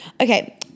Okay